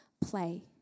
play